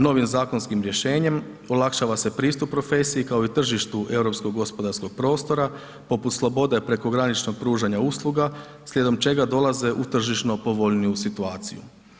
Novim zakonskim rješenjem olakšava se pristup profesiji kao i tržištu europskog gospodarskog prostora poput slobode prekograničnog pružanja usluga slijedom čega dolaze u tržišno povoljniju situaciju.